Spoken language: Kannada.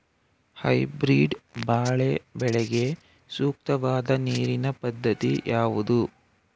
ಹೈಬ್ರೀಡ್ ಬಾಳೆ ಬೆಳೆಗೆ ಸೂಕ್ತವಾದ ನೀರಿನ ಪದ್ಧತಿ ಯಾವುದು?